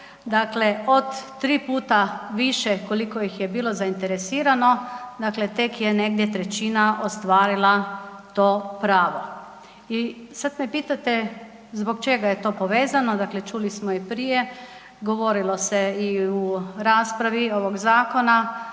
dakle od 3 puta više koliko ih je bilo zainteresirano, dakle tek je negdje 1/3 ostvarila to pravo i sad me pitate zbog čega je to povezano, dakle čuli smo i prije, govorilo se i u raspravi ovog zakona,